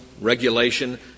regulation